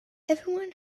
everyone